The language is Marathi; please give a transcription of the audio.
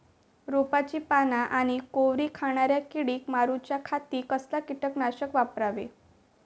रोपाची पाना आनी कोवरी खाणाऱ्या किडीक मारूच्या खाती कसला किटकनाशक वापरावे?